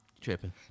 Tripping